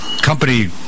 company